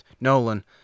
Nolan